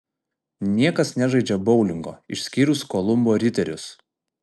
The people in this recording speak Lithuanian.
niekas nežaidžia boulingo išskyrus kolumbo riterius